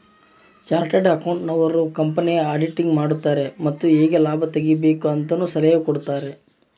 chartered accountant ನವರು ಕಂಪನಿಯ auditing ಮಾಡುತಾರೆ ಮತ್ತು ಹೇಗೆ ಲಾಭ ತೆಗಿಬೇಕು ಅಂತನು ಸಲಹೆ ಕೊಡುತಾರೆ